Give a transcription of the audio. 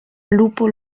lupo